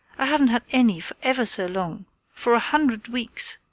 i haven't had any for ever so long for a hundred weeks!